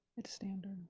it's standard,